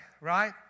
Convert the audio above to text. right